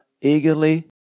eagerly